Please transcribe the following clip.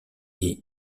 est